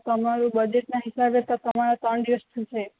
તમારુ બજેટના હિસાબે તો તમારે ત્રણ દિવસનું છે